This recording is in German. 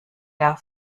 der